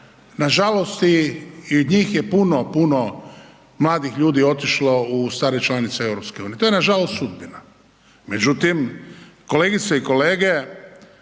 nažalost i iz njih je puno, puno mladih ljudi otišlo u starije članice EU. To je nažalost sudbina. Međutim, kolegice i kolege